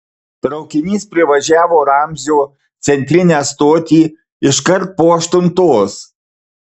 traukinys privažiavo ramzio centrinę stotį iškart po aštuntos